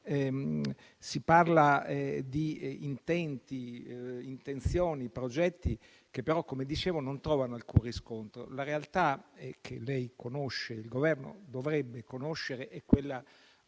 Si parla di intenti, di intenzioni e progetti che però - come dicevo - non trovano alcun riscontro. La realtà che lei conosce, e che il Governo dovrebbe conoscere, è quella